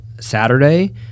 Saturday